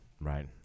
right